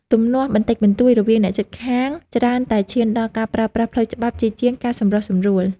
ទំនាស់បន្តិចបន្តួចរវាងអ្នកជិតខាងច្រើនតែឈានដល់ការប្រើប្រាស់ផ្លូវច្បាប់ជាជាងការសម្រុះសម្រួល។